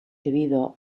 debido